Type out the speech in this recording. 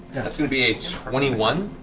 that's going to be a twenty one.